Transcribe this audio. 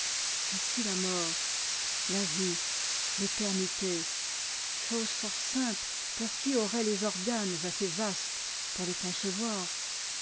ainsi la mort la vie l'éternité choses fort simples pour qui aurait les organes assez vastes pour les concevoir